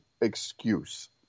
excuse